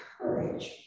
courage